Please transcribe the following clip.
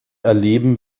erleben